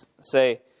say